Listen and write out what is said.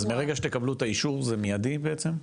אז ברגע שתקבלו את השיעור, זה מיידי בעצם?